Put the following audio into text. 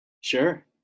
Sure